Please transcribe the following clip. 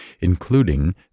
including